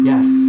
Yes